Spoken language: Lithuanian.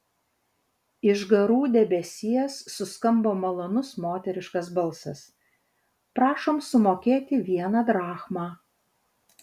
iš garų debesies suskambo malonus moteriškas balsas prašom sumokėti vieną drachmą